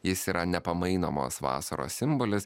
jis yra nepamainomas vasaros simbolis